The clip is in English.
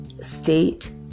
state